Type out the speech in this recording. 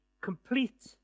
complete